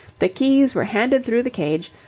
the keys were handed through the cage,